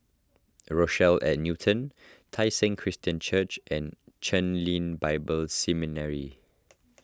Rochelle at Newton Tai Seng Christian Church and Chen Lien Bible Seminary